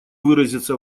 выразиться